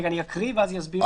אני אקריא ואז אסביר.